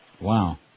Wow